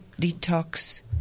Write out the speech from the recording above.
detox